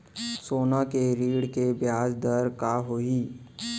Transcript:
सोना के ऋण के ब्याज दर का होही?